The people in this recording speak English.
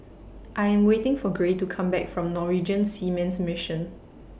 I Am waiting For Gray to Come Back from Norwegian Seamen's Mission